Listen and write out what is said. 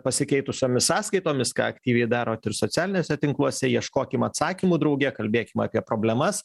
pasikeitusiomis sąskaitomis ką aktyviai darot ir socialiniuose tinkluose ieškokim atsakymų drauge kalbėkim apie problemas